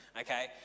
okay